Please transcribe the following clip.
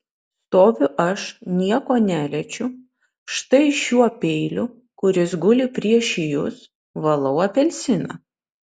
stoviu aš nieko neliečiu štai šiuo peiliu kuris guli prieš jus valau apelsiną